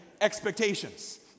expectations